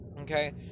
Okay